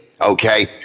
Okay